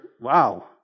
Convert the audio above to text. Wow